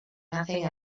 nothing